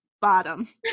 Bottom